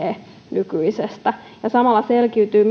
nykyisestä ja samalla selkiytyy